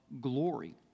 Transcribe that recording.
glory